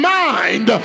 mind